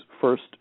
first